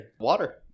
Water